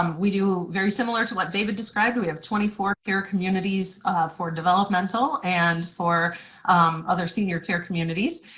um we do, very similar to what david described, we have twenty four care communities for developmental and for other senior care communities.